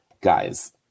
Guys